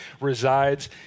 resides